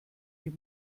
die